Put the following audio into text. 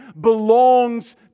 belongs